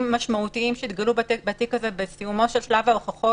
משמעותיים שהתגלו בתיק הזה בסיומו של שלב ההוכחות